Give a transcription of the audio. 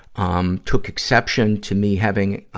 um, took exception to me having,